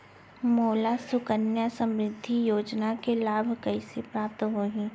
मोला सुकन्या समृद्धि योजना के लाभ कइसे प्राप्त होही?